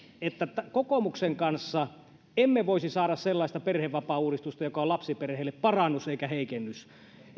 että kokoomuksen kanssa emme voisi saada sellaista perhevapaauudistusta joka on lapsiperheille parannus eikä heikennys